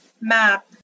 map